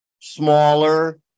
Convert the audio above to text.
smaller